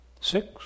six